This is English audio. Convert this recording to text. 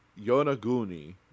Yonaguni